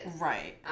Right